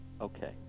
Okay